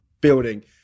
building